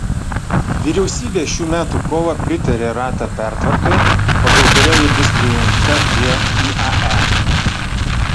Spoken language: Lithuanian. vyriausybė šių metų kovą pritarė rata pertvarkai pagal kurią ji bus prijungta prie iae